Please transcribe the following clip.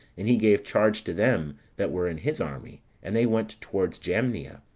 and he gave charge to them that were in his army, and they went towards jamnia.